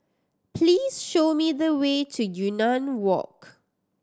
please show me the way to Yunnan Walk